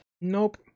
Nope